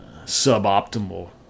suboptimal